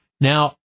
Now